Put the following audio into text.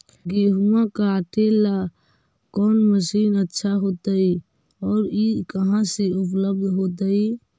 गेहुआ काटेला कौन मशीनमा अच्छा होतई और ई कहा से उपल्ब्ध होतई?